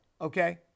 Okay